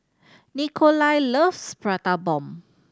Nikolai loves Prata Bomb